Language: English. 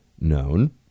known